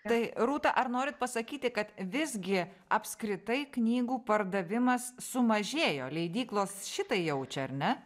tai rūta ar norit pasakyti kad visgi apskritai knygų pardavimas sumažėjo leidyklos šitai jaučia ar ne